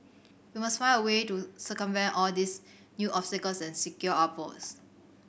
we must find a way to circumvent all these new obstacles secure votes